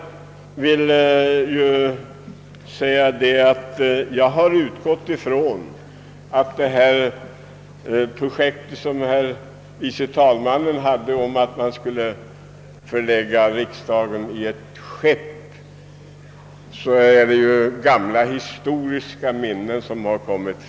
När herr vice talmannen framlade ett projekt om att förlägga riksdagen till ett skepp, så var det gamla historiska minnen som dök upp.